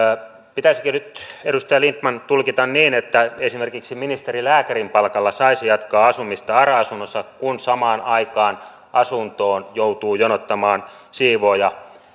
pitäisikö nyt edustaja lindtman tulkita niin että esimerkiksi ministerin lääkärin palkalla saisi jatkaa asumista ara asunnossa kun samaan aikaan asuntoon joutuu jonottamaan siivoojan